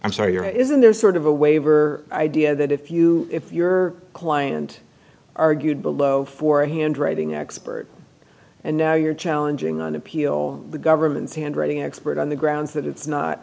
i'm sorry your isn't there sort of a waiver idea that if you if your client argued below for a handwriting expert and now you're challenging on appeal the government's handwriting expert on the grounds that it's not